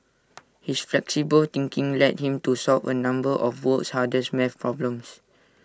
his flexible thinking led him to solve A number of the world's hardest math problems